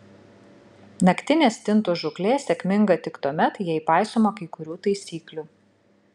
naktinė stintų žūklė sėkminga tik tuomet jei paisoma kai kurių taisyklių